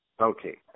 Okay